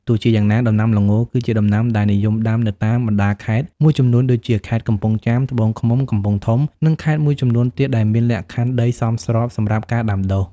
ទោះជាយ៉ាងណា ដំណាំល្ង គឺជាដំណាំដែលនិយមដាំនៅតាមបណ្ដាខេត្តមួយចំនួនដូចជា ខេត្តកំពង់ចាម ត្បូងឃ្មុំ កំពង់ធំ និងខេត្តមួយចំនួនទៀតដែលមានលក្ខខណ្ឌដីសមស្របសម្រាប់ការដាំដុះ។